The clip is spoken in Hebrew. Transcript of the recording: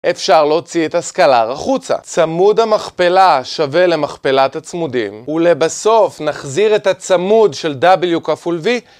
אפשר להוציא את הסקלר החוצה. צמוד המכפלה שווה למכפלת הצמודים, ולבסוף נחזיר את הצמוד של W כפול V